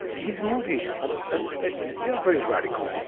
he's movies and therefore he's radical.